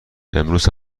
امروز